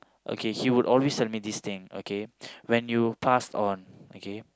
okay he would always send me this thing okay when you pass on okay